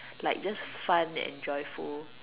like just fun and joyful